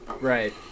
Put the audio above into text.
right